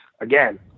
again